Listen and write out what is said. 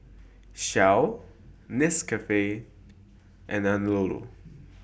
Shell Nescafe and Anello